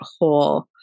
whole